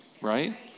right